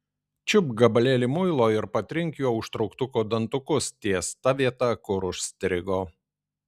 čiupk gabalėlį muilo ir patrink juo užtrauktuko dantukus ties ta vieta kur užstrigo